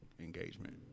engagement